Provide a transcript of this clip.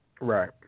Right